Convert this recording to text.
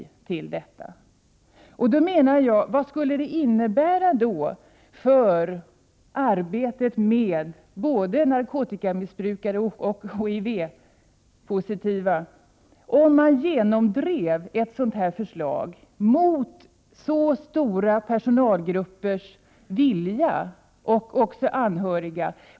Vad skulle det innebära för arbetet både med narkotikamissbrukare och med HIV-positiva, om man genomdrev ett sådant här förslag mot så stora personalgruppers och anhörigas vilja?